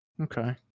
okay